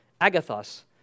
agathos